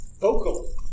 vocal